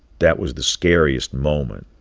that was the scariest moment